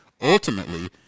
Ultimately